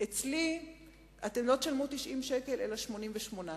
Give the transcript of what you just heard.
אצלי אתם לא תשלמו 90 שקל אלא 88 שקל.